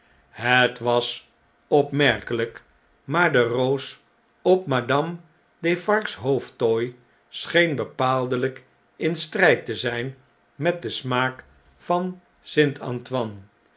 het was opmerkelijk maar de roos opmadame defarge's hoofdtooi scheen bepaaldelijk in strijd te zn'n met den smaak van st a